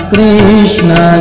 Krishna